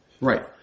Right